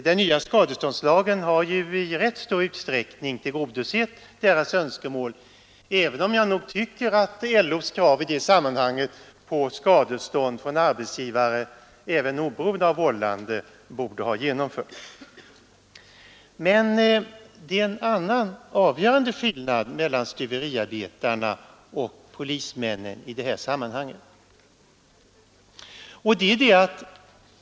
Den nya skadeståndslagen har i rätt stor utsträckning tillgodosett deras önskemål, även om jag nog tycker att LO:s krav i det sammanhanget på skadestånd från arbetsgivare oberoende av vållande borde ha genomförts. Men det är en annan, avgörande skillnad mellan stuveriarbetarna och polismännen i detta sammanhang.